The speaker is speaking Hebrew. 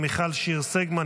מיכל שיר סגמן,